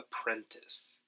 apprentice